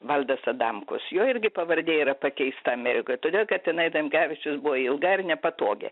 valdas adamkus jo irgi pavardė yra pakeista amerikoj todėl kad jinai adamkevičius buvo ilga ir nepatogi